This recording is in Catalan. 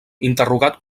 interrogat